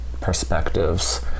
perspectives